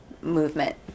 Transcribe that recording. movement